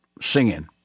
singing